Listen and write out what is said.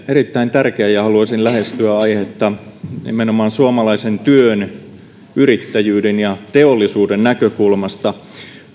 erittäin tärkeä ja haluaisin lähestyä aihetta nimenomaan suomalaisen työn yrittäjyyden ja teollisuuden näkökulmasta